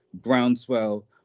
groundswell